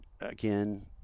again